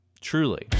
Truly